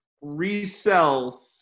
resell